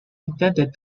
intended